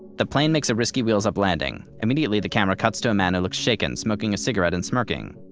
the plane makes a risky wheels-up landing. immediately the camera cuts to a man who looks shaken, smoking a cigarette and smirking.